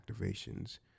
activations